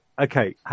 Okay